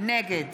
נגד